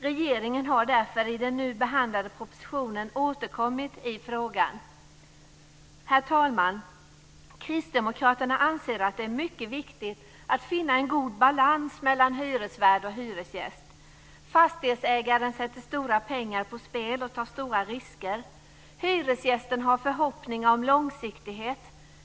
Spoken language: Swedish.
Regeringen har därför i den nu behandlade propositionen återkommit i frågan. Herr talman! Kristdemokraterna anser att det är mycket viktigt att finna en god balans mellan hyresvärd och hyresgäst. Fastighetsägaren sätter stora pengar på spel och tar stora risker. Hyresgästen har förhoppningar om långsiktighet.